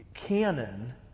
Canon